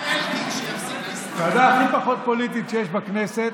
דבר עם אלקין, הוועדה הכי פחות פוליטית שיש בכנסת.